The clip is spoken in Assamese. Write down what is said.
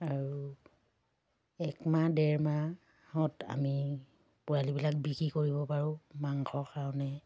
আৰু একমাহ ডেৰমাহত আমি পোৱালিবিলাক বিক্ৰী কৰিব পাৰোঁ মাংসৰ কাৰণে